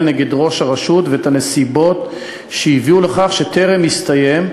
נגד ראש הרשות ואת הנסיבות שהביאו לכך שטרם הסתיים,